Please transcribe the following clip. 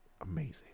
Amazing